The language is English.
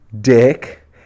dick